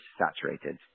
saturated